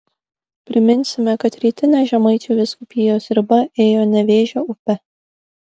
priminsime kad rytinė žemaičių vyskupijos riba ėjo nevėžio upe